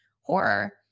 horror